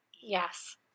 yes